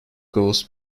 ghosts